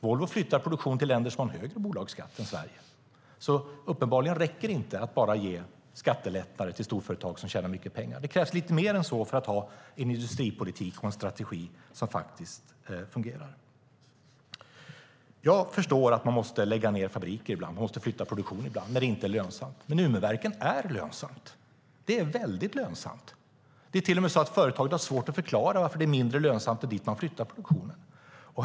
Volvo flyttar produktion till länder som har en högre bolagsskatt än Sverige. Uppenbarligen räcker det inte att bara ge skattelättnader för storföretag som tjänar mycket pengar. Det krävs lite mer än så för att ha en industripolitik och en strategi som fungerar. Jag förstår att man måste lägga ned fabriker och flytta produktion ibland när det inte är lönsamt. Men Umeverket är lönsamt; det är väldigt lönsamt. Det är till och med så att företaget har svårt att förklara varför det är mindre lönsamt dit man flyttat produktionen.